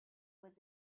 was